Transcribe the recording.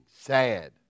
sad